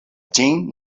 ĝin